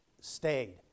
stayed